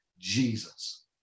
Jesus